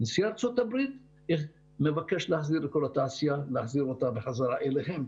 נשיא ארצות הברית מבקש להחזיר את כל התעשייה חזרה אליהם.